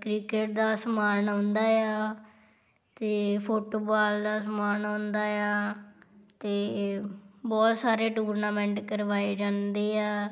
cricket ਦਾ ਸਮਾਨ ਆਉਂਦਾ ਆ ਅਤੇ ਫੁੱਟਬਾਲ ਦਾ ਸਮਾਨ ਆਉਂਦਾ ਆ ਅਤੇ ਬਹੁਤ ਸਾਰੇ ਟੂਰਨਾਮੈਂਟ ਕਰਵਾਏ ਜਾਂਦੇ ਆ